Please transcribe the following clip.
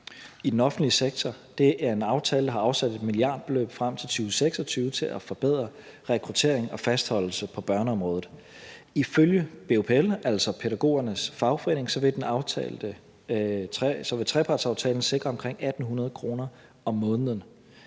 i den offentlige sektor. Det er en aftale, der har afsat et milliardbeløb frem til 2026 til at forbedre rekruttering og fastholdelse på børneområdet. Ifølge BUPL, altså pædagogernes fagforening, vil trepartsaftalen sikre omkring 1.800 kr. om måneden